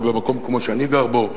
או במקום כמו שאני גר בו,